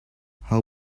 how